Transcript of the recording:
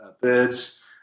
birds